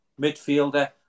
midfielder